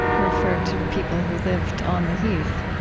referred to people who lived on the heath.